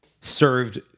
served